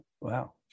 Wow